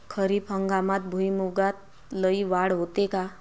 खरीप हंगामात भुईमूगात लई वाढ होते का?